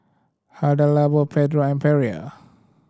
Hada Labo Pedro and Perrier